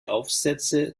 aufsätze